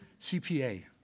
CPA